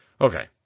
okay